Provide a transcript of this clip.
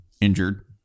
injured